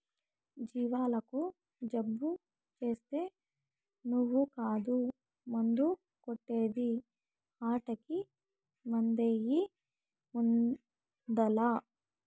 జీవాలకు జబ్బు చేస్తే నువ్వు కాదు మందు కొట్టే ది ఆటకి మందెయ్యి ముందల్ల